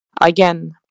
again